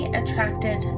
attracted